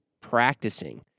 practicing